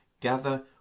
gather